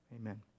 Amen